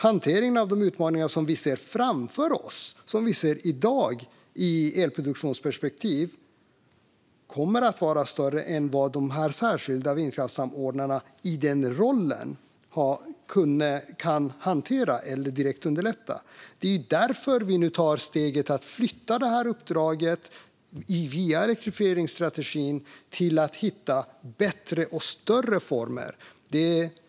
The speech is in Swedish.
Hanteringen av de utmaningar som vi ser framför oss och som vi ser i dag i elproduktionsperspektivet kommer att vara större än vad de särskilda vindkraftssamordnarna kan hantera och direkt underlätta i sin specifika roll. Det är därför vi nu via elektrifieringsstrategin tar steget att flytta uppdraget för att hitta bättre och större former.